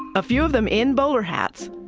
a few of them in bowler hats,